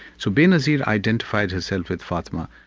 so benazir identified herself with fatima.